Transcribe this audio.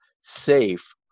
safe